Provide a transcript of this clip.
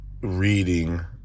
reading